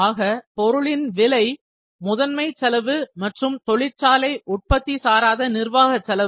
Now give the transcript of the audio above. ஆக பொருளின் விலை முதன்மை செலவு தொழிற்சாலை உற்பத்தி சாராத நிர்வாக செலவு